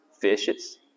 fishes